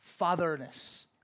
fatherness